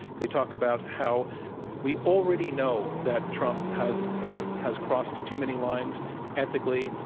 they talked about how we already know that trump has ah has crossed too many lines ethically,